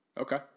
Okay